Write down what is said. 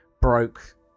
broke